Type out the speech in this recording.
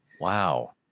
Wow